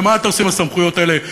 מה אתה עושה עם כל הסמכויות האלה?